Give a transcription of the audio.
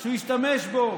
שהוא השתמש בו.